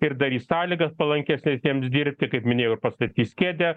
ir darys sąlygas palankias ir tiems dirbti kaip minėjau ir pastatys kėdę